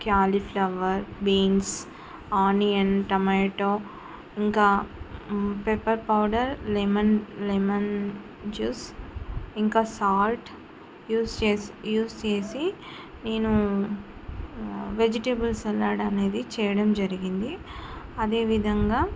cauliflower beans onion tomato ఇంకా pepper powder lemon lemon juice ఇంకా salt use చేసి use చేసి నేను వెజిటేబుల్స్ సలాడ్ అనేది చేయడం జరిగింది అదేవిధంగా